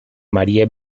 marie